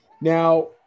Now